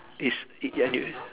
is it and you